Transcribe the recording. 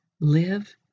live